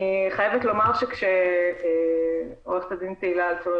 אני חייבת לומר שכשעורכת-הדין תהילה שוורץ-אלטשולר